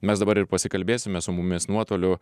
mes dabar ir pasikalbėsime su mumis nuotoliu